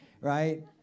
right